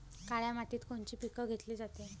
काळ्या मातीत कोनचे पिकं घेतले जाते?